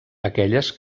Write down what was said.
aquelles